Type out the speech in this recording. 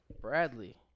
Bradley